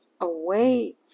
away